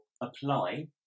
apply